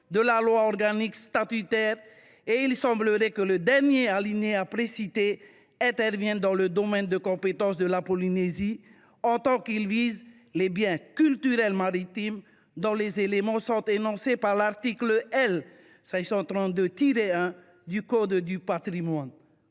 de la loi organique statutaire. Or il semblerait que le dernier alinéa de l’article 2 intervienne dans le domaine de compétence de la Polynésie, puisqu’il vise les biens culturels maritimes dont les éléments sont énoncés par l’article L. 532 1 du code du patrimoine